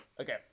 Okay